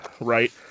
right